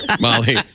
Molly